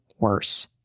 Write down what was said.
worse